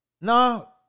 no